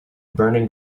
burning